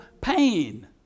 pain